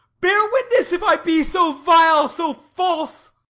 bear witness if i be so vile, so false!